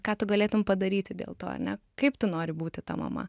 ką tu galėtum padaryti dėl to ane kaip tu nori būti ta mama